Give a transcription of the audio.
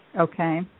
Okay